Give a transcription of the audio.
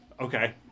Okay